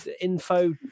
info